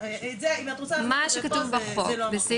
אם את רוצה להעלות את זה פה זה לא המקום.